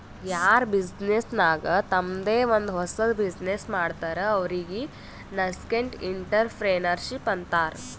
ಯಾರ್ ಬಿಸಿನ್ನೆಸ್ ನಾಗ್ ತಂಮ್ದೆ ಒಂದ್ ಹೊಸದ್ ಬಿಸಿನ್ನೆಸ್ ಮಾಡ್ತಾರ್ ಅವ್ರಿಗೆ ನಸ್ಕೆಂಟ್ಇಂಟರಪ್ರೆನರ್ಶಿಪ್ ಅಂತಾರ್